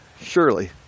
surely